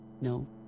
No